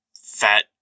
fat